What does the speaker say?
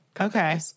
okay